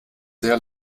sehr